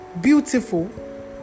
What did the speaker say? beautiful